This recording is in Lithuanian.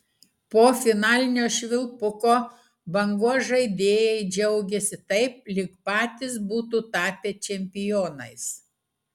po finalinio švilpuko bangos žaidėjai džiaugėsi taip lyg patys būtų tapę čempionais